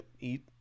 Eat